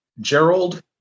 Gerald